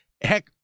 Heck